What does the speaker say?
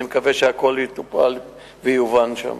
אני מקווה שהכול יטופל ויובן שם.